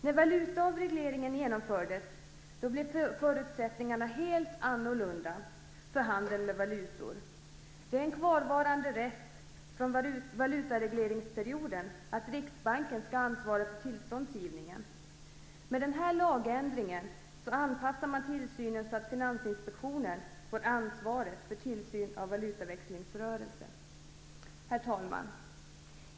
När valutaavregleringen genomfördes blev förutsättningarna för handeln med valutor helt andra. Det är en rest från valutaregleringsperioden att Riksbanken skall ansvara för tillståndsgivningen. Med den här lagändringen anpassar man tillsynen så att Finansinspektionen får ansvaret för tillsyn av valutaväxlingsrörelse. Herr talman!